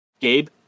Gabe